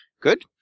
Good